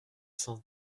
cent